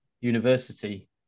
university